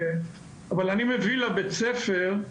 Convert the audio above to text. אבל אני מביא לבית הספר,